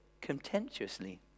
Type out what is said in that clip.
contemptuously